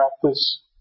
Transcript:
practice